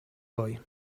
boy